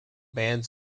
bans